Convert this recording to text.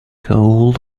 coal